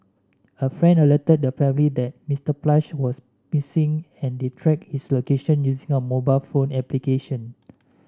a friend alerted the family that Mister Plush was missing and they tracked his location using a mobile phone application